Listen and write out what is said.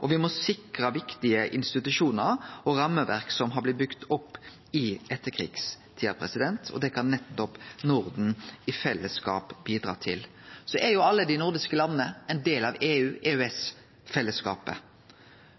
og me må sikre viktige institusjonar og rammeverk som har blitt bygde opp i etterkrigstida. Det kan nettopp Norden i fellesskap bidra til. Alle dei nordiske landa er ein del av EU/EØS-fellesskapet.